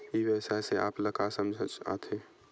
ई व्यवसाय से आप ल का समझ आथे?